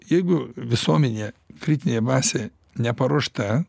jeigu visuomenė kritinė masė neparuošta